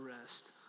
rest